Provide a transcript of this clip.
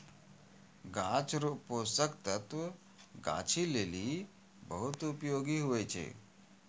गाछ रो पोषक तत्व गाछी लेली बहुत उपयोगी हुवै छै